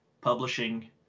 publishing